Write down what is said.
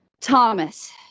Thomas